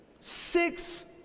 Six